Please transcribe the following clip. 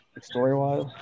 story-wise